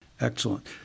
Excellent